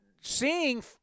seeing